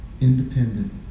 independent